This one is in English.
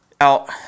Out